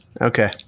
Okay